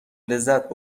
لذت